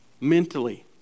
mentally